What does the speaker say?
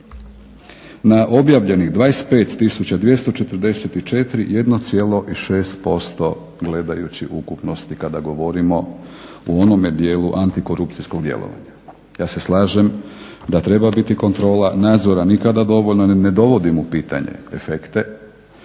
na objavljenih 25 tisuća 244 1,6% gledajući ukupnost i kada govorimo o onome dijelu antikorupcijskog djelovanja. Ja se slažem da treba biti kontrola, nadzora nikada dovoljno i ne dovodim u pitanje efekte,